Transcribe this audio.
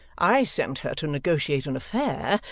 i sent her to negotiate an affair,